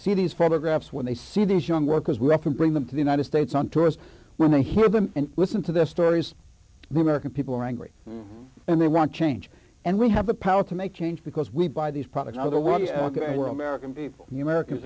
see these photographs when they see these young workers we have to bring them to the united states and to us when they hear them and listen to their stories the american people are angry and they want change and we have the power to make change because we buy these products rather run for american people the american